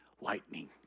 lightning